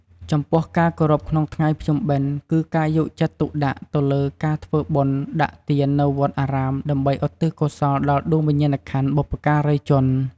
ចំពោះការគោរពក្នុងថ្ងៃភ្ជុំបិណ្ឌ គឺការយកចិត្តទុកដាក់ទៅលើការធ្វើបុណ្យដាក់ទាននៅវត្តអារាមដើម្បីឧទ្ទិសកុសលដល់ដួងវិញ្ញាណបុព្វការីជន។